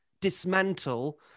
dismantle